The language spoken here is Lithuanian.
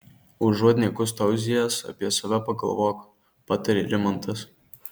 užuot niekus tauzijęs apie save pagalvok patarė rimantas